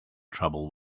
trouble